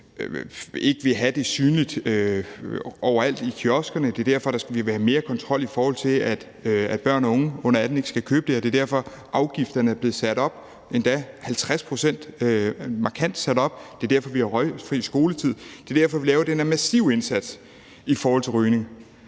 ikke vil have tobak stående synligt overalt i kioskerne. Det er derfor, at der skal være mere kontrol, så børn og unge under 18 år ikke skal købe det her. Det er derfor, at afgifterne er blevet sat op, endda markant op med 50 pct.; det er derfor, vi har røgfri skoletid; og det er derfor, vi laver den her massive indsats i forhold til rygning.